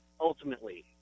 ultimately